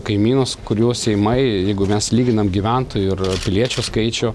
kaimynus kurių seimai jeigu mes lyginam gyventojų ir piliečių skaičių